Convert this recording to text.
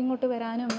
ഇങ്ങോട്ട് വരാനും